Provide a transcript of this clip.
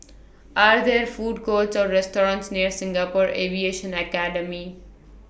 Are There Food Courts Or restaurants near Singapore Aviation Academy